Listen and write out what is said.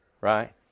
Right